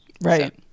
right